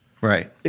Right